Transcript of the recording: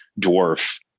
dwarf